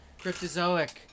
Cryptozoic